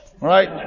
Right